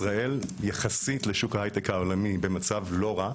ישראל יחסית לשוק ההייטק העולמי במצב לא רע.